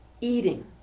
eating